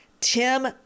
tim